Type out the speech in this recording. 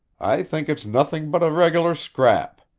i think it's nothing but a regular scrap.